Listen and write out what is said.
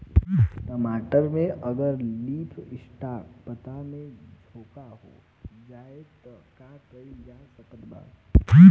टमाटर में अगर लीफ स्पॉट पता में झोंका हो जाएँ त का कइल जा सकत बा?